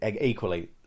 Equally